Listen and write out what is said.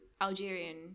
Algerian